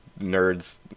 nerds